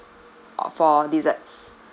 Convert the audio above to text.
of for desserts